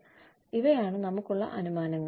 അതിനാൽ ഇവയാണ് നമുക്കുള്ള അനുമാനങ്ങൾ